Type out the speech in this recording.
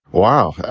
wow.